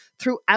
throughout